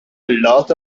lot